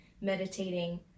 meditating